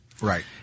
Right